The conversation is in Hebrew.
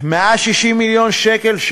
160 מיליון שקל,